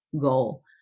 goal